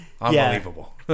unbelievable